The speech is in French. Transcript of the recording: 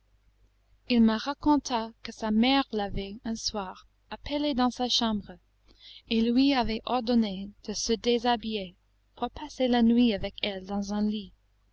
il me raconta que sa mère l'avait un soir appelé dans sa chambre et lui avait ordonné de se déshabiller pour passer la nuit avec elle dans un lit